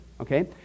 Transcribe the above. okay